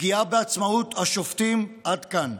פגיעה בעצמאות השופטים, עד כאן.